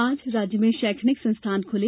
आज राज्य में शैक्षणिक संस्थान खुले